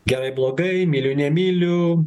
gerai blogai myliu nemyliu